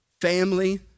family